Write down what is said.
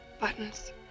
Buttons